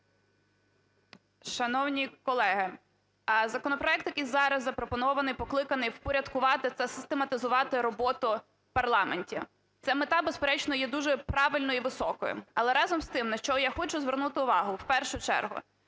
Шановні колеги! Законопроект, який зараз запропонований, покликаний впорядкувати та систематизувати роботу в парламенті. Ця мета, безперечно, є дуже правильною і високою. Але, разом з тим, на що я хочу звернути увагу, в першу чергу,